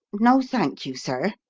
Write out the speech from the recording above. no, thank you, sir,